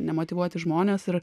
nemotyvuoti žmonės ir